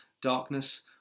darkness